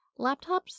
laptops